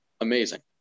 Amazing